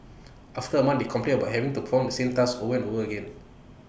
after A month they complained about having to perform the same task over and over again